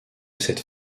cette